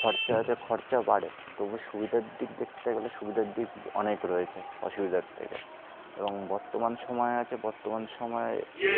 খরচা আছে খরচা বাড়ে তবু সুবিধার দিক দেখতে গেলে সুবিধার দিক অনেক রয়েছে অসুবিধার থেকে এবং বর্তমান সময় আছে বর্তমান সময়ে